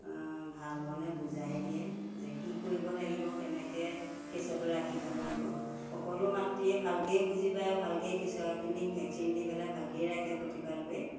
ভালধৰণে বুজাই দিয়ে যে কি কৰিব লাগিব কেনেকৈ কেঁচুৱাটো ৰাখিব লাগিব সকলো মাতৃয়েই ভালকৈয়ে বুজি পায় ভালকৈয়ে কেঁচুৱাখিনিক ভেকচিন দি পেলাই ভালকৈয়ে ৰাখে প্ৰতিপাল কৰি